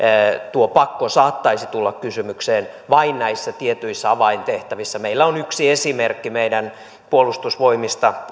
tuo pakko saattaisi tulla kysymykseen vain näissä tietyissä avaintehtävissä meillä on yksi esimerkki meidän puolustusvoimista